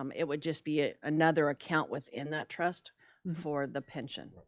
um it would just be ah another account within that trust for the pension